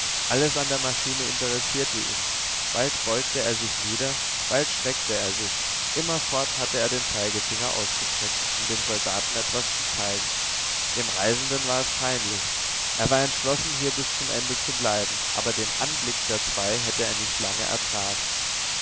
alles an der maschine interessierte ihn bald beugte er sich nieder bald streckte er sich immerfort hatte er den zeigefinger ausgestreckt um dem soldaten etwas zu zeigen dem reisenden war es peinlich er war entschlossen hier bis zum ende zu bleiben aber den anblick der zwei hätte er nicht lange ertragen